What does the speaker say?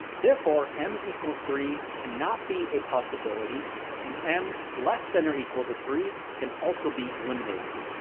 therefore m equals three cannot be a possibility and m less than or equal to three can also be eliminated.